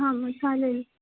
हां मग चालेल